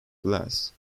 glass